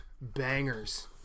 bangers